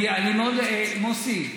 אני מאוד, מוסי,